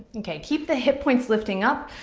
okay, keep the hip points lifting up,